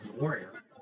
Warrior